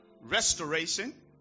restoration